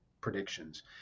predictions